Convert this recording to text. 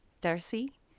Darcy